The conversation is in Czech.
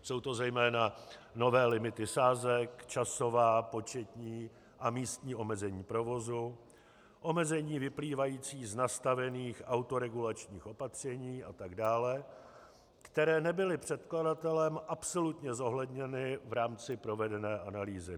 Jsou to zejména nové limity sázek, časová, početní a místní omezení provozu, omezení vyplývající z nastavených autoregulačních opatření atd., které nebyly předkladatelem absolutně zohledněny v rámci provedené analýzy.